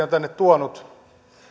on tänne tuonut